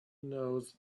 knows